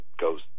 goes